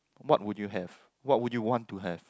what would you have what would you want to have